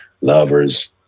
lovers